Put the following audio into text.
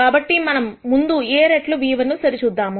కాబట్టి మనము ముందు A రెట్లు v1 ను సరిచూద్దాం